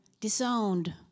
disowned